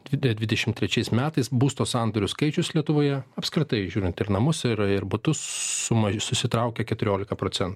didėjo dvidešim trečiais metais būsto sandorių skaičius lietuvoje apskritai žiūrint ir namus ir butus suma susitraukė keturiolika procentų